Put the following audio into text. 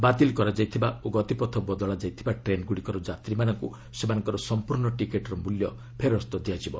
ବାତିଲ କରାଯାଇଥିବା ଓ ଗତିପଥ ବଦଳାଯାଇଥିବା ଟ୍ରେନ୍ଗୁଡ଼ିକର ଯାତ୍ରୀମାନଙ୍କୁ ସେମାନଙ୍କର ସମ୍ପୂର୍ଣ୍ଣ ଟିକଟର ମୂଲ୍ୟ ଫେରସ୍ତ ଦିଆଯିବ